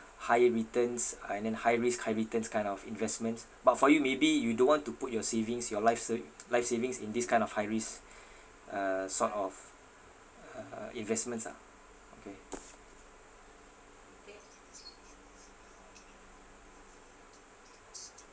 higher returns uh and then high risks high returns kind of investments but for you maybe you don't want to put your savings your life se~ life savings in this kind of high risks uh sort of uh investments ah okay